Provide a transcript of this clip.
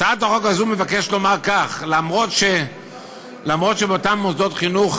הצעת החוק הזו מבקשת לומר כך: אף שבאותם מוסדות חינוך